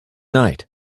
night